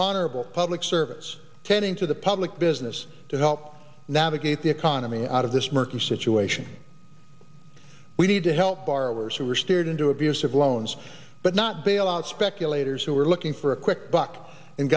honorable public service tending to the public business to help navigate the economy out of this murky situation we need to help borrowers who were steered into abusive loans but not bail out speculators who were looking for a quick buck and